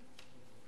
בסדר.